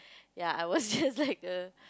ya I was just like the